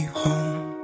home